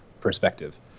perspective